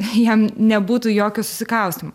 jam nebūtų jokio susikaustymo